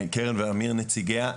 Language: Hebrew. לקרן ואמיר נציגיה.